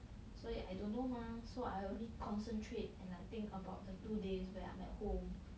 so ya I don't know mah so I only concentrate and like think about the two days where I'm at home